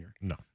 No